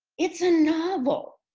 it's a novel.